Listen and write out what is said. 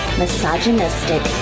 misogynistic